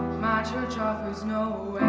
my church offers no